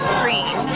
green